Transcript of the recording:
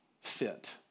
fit